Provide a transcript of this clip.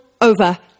over